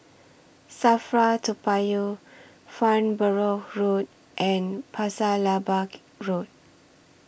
SAFRA Toa Payoh Farnborough Road and Pasir Laba Road